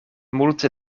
multe